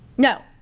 no.